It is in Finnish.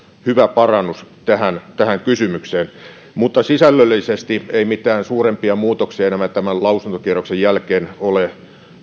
hyvä parannus tähän tähän kysymykseen sisällöllisesti ei mitään suurempia muutoksia enää tämän lausuntokierroksen jälkeen ole